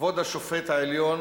כבוד השופט בבית-המשפט העליון